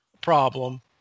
problem